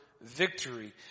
Victory